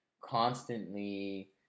constantly